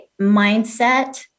mindset